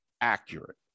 accurate